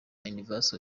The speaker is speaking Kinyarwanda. universal